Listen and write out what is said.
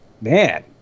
man